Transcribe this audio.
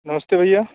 नमस्ते भैया